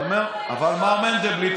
אבל מר מנדלבליט,